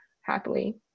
happily